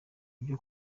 ibyo